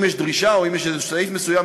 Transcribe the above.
אם יש דרישה או אם יש סעיף מסוים,